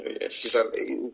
Yes